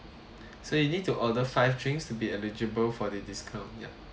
so you need to order five drinks to be eligible for the discount ya